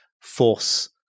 force